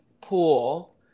pool